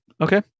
Okay